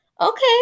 Okay